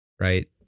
right